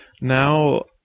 Now